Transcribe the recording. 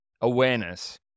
awareness